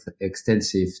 extensive